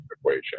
equation